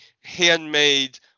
handmade